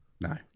No